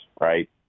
right